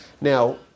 Now